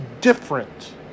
different